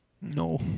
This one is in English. No